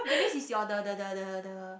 that means it's your the the the the the